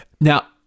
Now